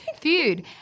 feud